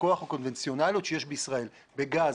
הכוח הקונבנציונאליות שיש בישראל בגז,